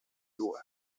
due